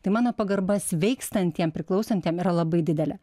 tai mano pagarba sveikstantiem priklausantiem yra labai didelė